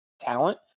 talent